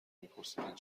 میپرسیدند